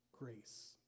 grace